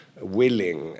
willing